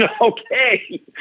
Okay